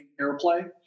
airplay